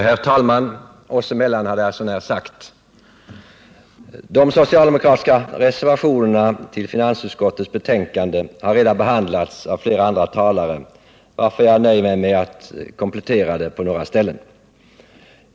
Herr talman — oss emellan hade jag sånär sagt! De socialdemokratiska reservationerna till finansutskottets betänkande har redan behandlats av flera andra talare, varför jag nöjer mig med att göra några kompletteringar.